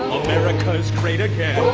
america's great again